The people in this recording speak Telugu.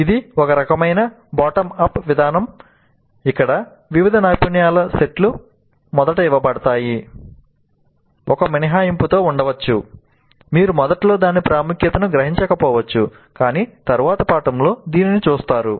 ఇది ఒక రకమైన బాటమ్ అప్ విధానం ఇక్కడ వివిధ నైపుణ్యాల సెట్లు మొదట ఇవ్వబడతాయి ఒక మినహాయింపుతో ఉండవచ్చు మీరు మొదట్లో దాని ప్రాముఖ్యతను గ్రహించకపోవచ్చు కాని తరువాతి పాఠంలో దీనిని చూస్తారు